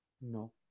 no